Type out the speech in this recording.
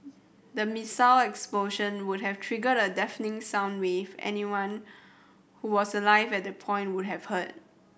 the missile explosion would have triggered a deafening sound wave anyone who was alive at that point would have heard